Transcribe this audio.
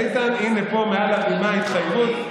איתן, הינה, פה מעל הבימה, התחייבות.